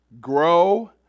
grow